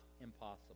impossible